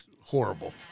horrible